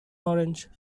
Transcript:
orange